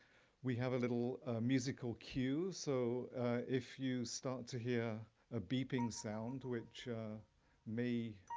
we have a little musical cue, so if you start to hear a beeping sound which may,